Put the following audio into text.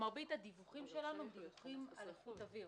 מרבית הדיווחים שלנו הם על איכות אוויר.